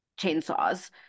chainsaws